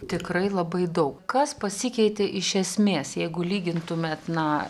tikrai labai daug kas pasikeitė iš esmės jeigu lygintumėt na